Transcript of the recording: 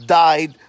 died